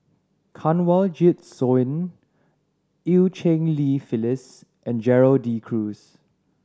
Kanwaljit Soin Eu Cheng Li Phyllis and Gerald De Cruz